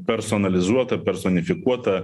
personalizuota personifikuota